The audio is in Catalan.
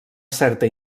certa